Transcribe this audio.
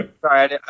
Sorry